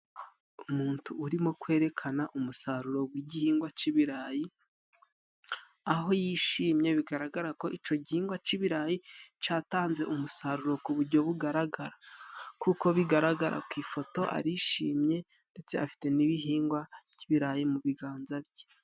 Umuntu urimo kwerekana umusaruro gw'igihingwa c'ibirayi aho yishimye bigaragara ko ico gihingwa c'ibirayi catanze umusaruro ku bujyo bugaragara kuko bigaragara ku ifoto arishimye ndetse afite n'ibihingwa by'ibirayi mu biganza bye.